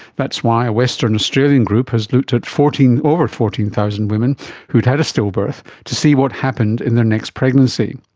that's why a western australian group has looked at over fourteen thousand women who've had a stillbirth to see what happened in their next pregnancy.